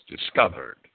discovered